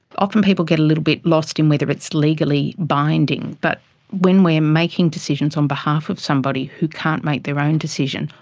often people get a little lost in whether it's legally binding, but when we're making decisions on behalf of somebody who can't make their own decisions,